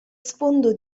sfondo